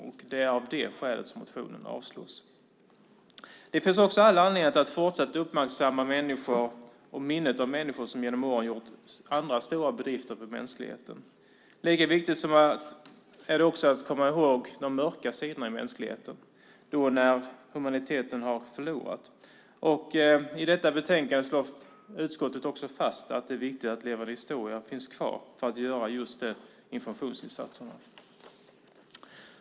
Av det skälet avstyrks motionen. Det finns också all anledning att fortsatt uppmärksamma människor och minnet av människor som genom åren har gjort andra stora bedrifter för mänskligheten. Men lika viktigt är det att också komma ihåg mänsklighetens mörka sidor - när humaniteten har förlorat. I betänkandet slår utskottet fast att det är viktigt att Forum för levande historia finns kvar just för nämnda informationsinsatser.